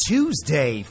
Tuesday